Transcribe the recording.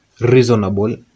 reasonable